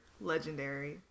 legendary